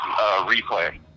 replay